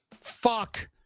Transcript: Fuck